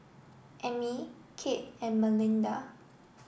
Emmy Kade and Melinda